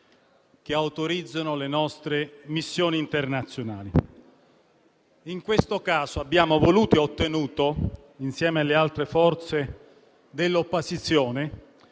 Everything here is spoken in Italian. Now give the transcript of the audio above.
che autorizzano le nostre missioni internazionali. Nel caso in esame abbiamo voluto e ottenuto, insieme alle altre forze di opposizione,